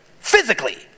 physically